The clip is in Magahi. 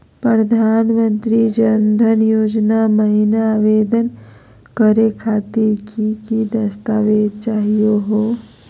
प्रधानमंत्री जन धन योजना महिना आवेदन करे खातीर कि कि दस्तावेज चाहीयो हो?